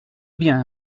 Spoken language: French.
bien